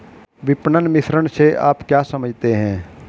विपणन मिश्रण से आप क्या समझते हैं?